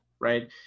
right